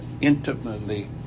intimately